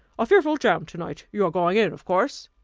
a fearful jam to-night. you are going in, of course?